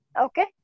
okay